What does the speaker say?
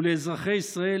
ולאזרחי ישראל,